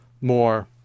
more